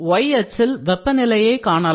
y அச்சில் வெப்பநிலையை காணலாம்